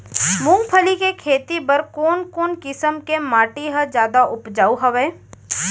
मूंगफली के खेती बर कोन कोन किसम के माटी ह जादा उपजाऊ हवये?